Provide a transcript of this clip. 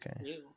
Okay